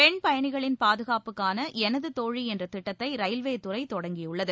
பெண் பயணிகளின் பாதுகாப்புக்கான எனது தோழி என்ற திட்டத்தை ரயில்வே துறை தொடங்கியுள்ளது